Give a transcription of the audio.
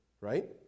right